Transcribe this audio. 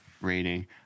rating